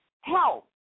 help